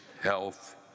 health